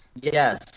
Yes